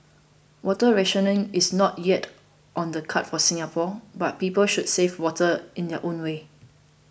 water rationing is not yet on the cards for Singapore but people should save water in their own ways